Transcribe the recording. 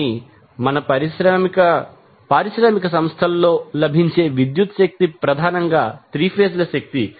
కానీ మన పారిశ్రామిక సంస్థలలో లభించే విద్యుత్ శక్తి ప్రధానంగా 3 ఫేజ్ ల శక్తి